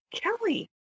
Kelly